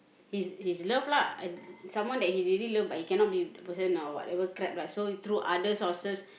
his his love lah and someone that he really love but he cannot be with that person now or whatever crap lah so through other sources